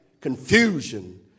confusion